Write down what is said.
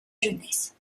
jeunesse